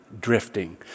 drifting